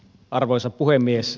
arvoisa puhemies